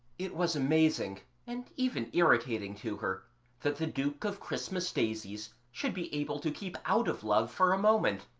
it was amazing and even irritating to her that the duke of christmas daisies should be able to keep out of love for a moment